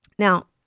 Now